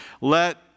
Let